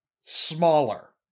smaller